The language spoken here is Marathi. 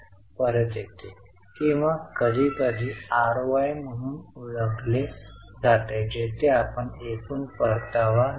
तर आपण येथे पाहू शकता की कंपनीने त्यांचे शिल्लक किंचित वाढविले आहे परंतु जास्त रोख रक्कम देखील कमी नाही